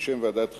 בשם ועדת החוקה,